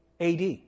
AD